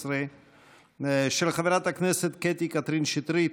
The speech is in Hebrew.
16 של חברת הכנסת קטי קטרין שטרית.